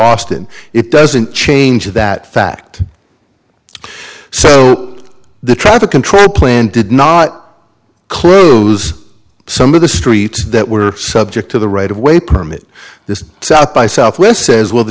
austin it doesn't change that fact so the traffic control plan did not close some of the streets that were subject to the right of way permit this south by southwest says well the